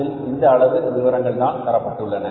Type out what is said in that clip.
அதில் இந்த அளவு விவரங்கள் தான் தரப்பட்டுள்ளது